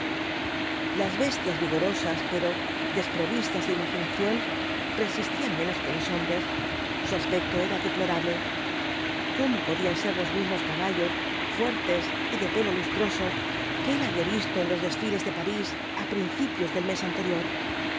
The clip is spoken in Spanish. las bestias vigorosas pero desprovistas de imaginación resistían menos que los hombres su aspecto era deplorable cómo podían ser los mismos caballos fuertes y de pelo lustroso que él había visto en los desfiles de parís á principios del mes anterior